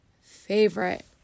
favorite